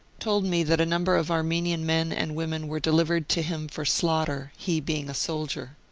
told me that a number of armenian men and women were delivered to him for slaughter, he, being a soldier.